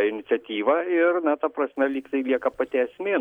iniciatyvą ir na ta prasme lygtai lieka pati esmė